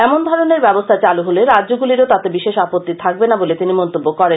এমন ধরনের ব্যবস্হা চালু হলে রাজ্যগুলিরও তাতে বিশেষ আপত্তি থাকবে না বলে তিনি মন্তব্য করেন